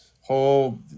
whole